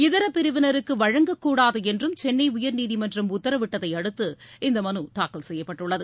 இதர பிரிவினருக்கு வழங்கக்கூடாது என்றும் சென்னை உயர்நீதிமன்றம் உத்தரவிட்டதை அடுத்து இந்த மனுத்தாக்கல் செய்யப்பட்டுள்ளது